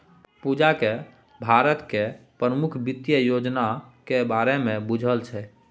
पूजाकेँ भारतक प्रमुख वित्त योजनाक बारेमे बुझल छै